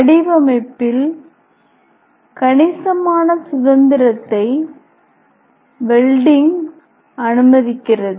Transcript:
வடிவமைப்பில் கணிசமான சுதந்திரத்தை வெல்டிங் அனுமதிக்கிறது